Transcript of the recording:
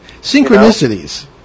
Synchronicities